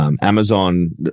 Amazon